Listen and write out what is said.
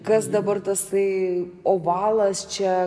kas dabar tasai ovalas čia